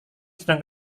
sedang